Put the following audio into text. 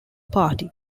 party